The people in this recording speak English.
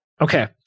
Okay